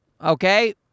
okay